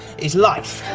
is life.